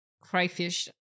crayfish